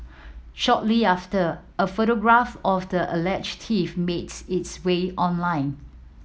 shortly after a photograph of the alleged thief made its way online